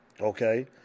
Okay